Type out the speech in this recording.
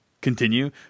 continue